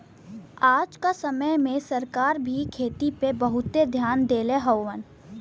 आज क समय में सरकार भी खेती पे बहुते धियान देले हउवन